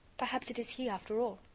perhaps it is he, after all,